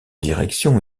direction